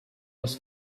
was